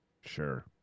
Sure